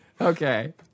okay